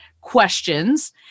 questions